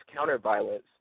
counterviolence